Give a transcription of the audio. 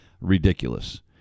ridiculous